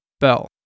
Bell